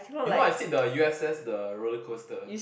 you know I sit the U_S_S the roller coaster